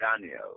Daniel